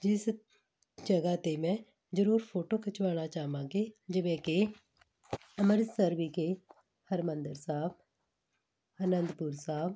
ਜਿਸ ਜਗ੍ਹਾ 'ਤੇ ਮੈਂ ਜ਼ਰੂਰ ਫੋਟੋ ਖਿਚਵਾਉਣਾ ਚਾਹਵਾਂਗੇ ਜਿਵੇਂ ਕਿ ਅੰਮ੍ਰਿਤਸਰ ਵਿਖੇ ਹਰਿਮੰਦਰ ਸਾਹਿਬ ਅਨੰਦਪੁਰ ਸਾਹਿਬ